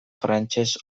frantses